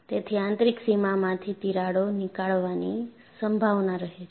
તેથી આંતરિક સીમામાંથી તિરાડો નીકળવાની સંભાવના રહે છે